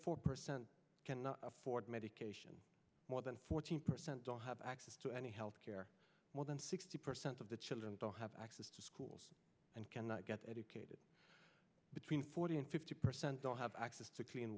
four percent cannot afford medication more than fourteen percent don't have access to any health care more than sixty percent of the children don't have access to schools and cannot get educated between forty and fifty percent don't have access to clean